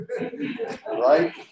Right